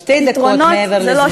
את מדברת כבר שתי דקות מעבר לזמנך.